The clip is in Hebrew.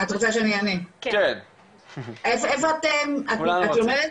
איפה את לומדת?